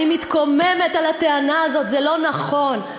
אני מתקוממת על הטענה הזאת, זה לא נכון.